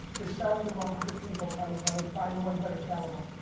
you're selling the wrong people, kellie kelly. find the ones that are sell-able.